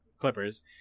Clippers